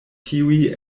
tiuj